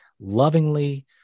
lovingly